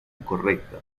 incorrecta